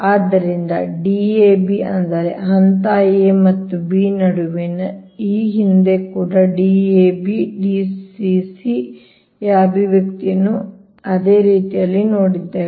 ಆದ್ದರಿಂದ Dab ಅಂದರೆ ಹಂತ a ಮತ್ತು b ನಡುವೆ ಈ ಹಿಂದೆ ಕೂಡ ನಾವು D a b D c c ಯ ಅಭಿವ್ಯಕ್ತಿಯನ್ನು ಅದೇ ರೀತಿಯಲ್ಲಿ ನೋಡಿದ್ದೇವೆ